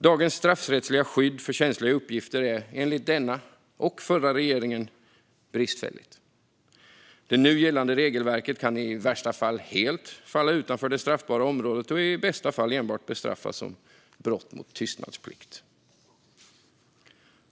Dagens straffrättsliga skydd för känsliga uppgifter är enligt denna och den förra regeringen bristfälligt. Det nu gällande regelverket kan i värsta fall helt falla utanför det straffbara området och i bästa fall enbart bestraffas som brott mot tystnadsplikt.